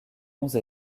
onze